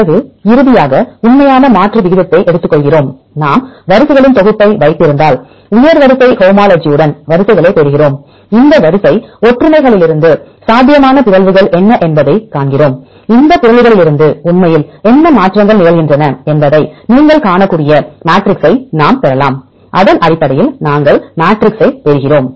பிறகு இறுதியாக உண்மையான மாற்று விகிதத்தை எடுத்துக்கொள்கிறோம் நாம் வரிசைகளின் தொகுப்பை வைத்திருந்தால் உயர் வரிசை ஹோமோலஜியுடன் காட்சிகளைப் பெறுகிறோம் இந்த வரிசை ஒற்றுமைகளிலிருந்து சாத்தியமான பிறழ்வுகள் என்ன என்பதைக் காண்கிறோம் அந்த பிறழ்வுகளிலிருந்து உண்மையில் என்ன மாற்றங்கள் நிகழ்கின்றன என்பதை நீங்கள் காணக்கூடிய மேட்ரிக்ஸை நாம் பெறலாம் அதன் அடிப்படையில் நாங்கள் மெட்ரிக்ஸைப் பெறுகிறோம்